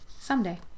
someday